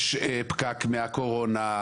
יש פקק מהקורונה.